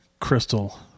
Crystal